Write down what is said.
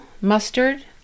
mustard